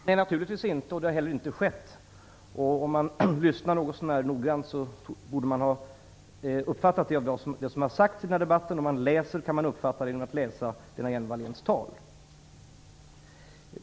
Herr talman! Nej, det anser jag naturligtvis inte. Det har inte heller skett. Om man hade lyssnat noga borde man ha uppfattat det i det som har sagts i den här debatten. Man kan också uppfatta det genom att läsa Lena Hjelm-Walléns tal.